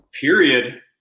period